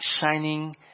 shining